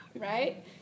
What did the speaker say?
right